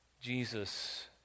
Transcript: Jesus